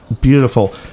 Beautiful